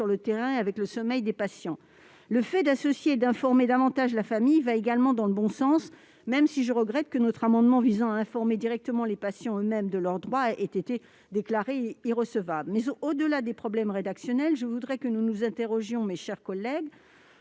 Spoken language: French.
le terrain et avec le sommeil des patients. Le fait d'associer et d'informer davantage la famille va également dans le bon sens, même si je regrette que notre amendement visant à informer les patients eux-mêmes de leurs droits ait été déclaré irrecevable. Mes chers collègues, au-delà des problèmes rédactionnels, nous devons nous interroger : pourquoi